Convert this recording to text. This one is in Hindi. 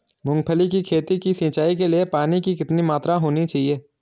मूंगफली की खेती की सिंचाई के लिए पानी की कितनी मात्रा होनी चाहिए?